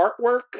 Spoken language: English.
artwork